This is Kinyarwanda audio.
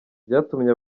byatumye